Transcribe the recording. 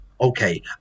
Okay